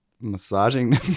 Massaging